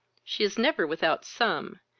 she is never without some,